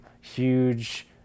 huge